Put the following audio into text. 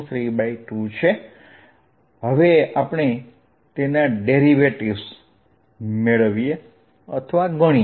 ચાલો હવે આપણે તેના ડેરિવેટીવ્સ ગણીએ